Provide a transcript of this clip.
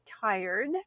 tired